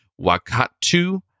Wakatu